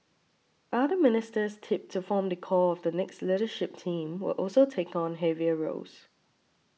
other ministers tipped to form the core of the next leadership team will also take on heavier roles